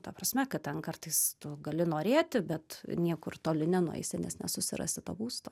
ta prasme kad ten kartais tu gali norėti bet niekur toli nenueisi nes nesusirasi to būsto